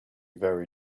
very